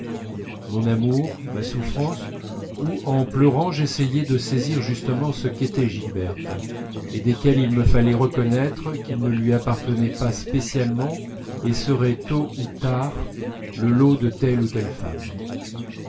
mon amour ma souffrance où en pleurant j'essayais de saisir justement ce qu'était gilberte et desquels il me fallait reconnaître qu'ils ne lui appartenaient pas spécialement et seraient tôt ou tard le lot de telle ou telle femme